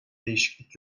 değişiklik